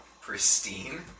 Pristine